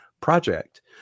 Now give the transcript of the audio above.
project